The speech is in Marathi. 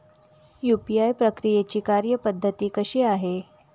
यू.पी.आय प्रक्रियेची कार्यपद्धती कशी आहे?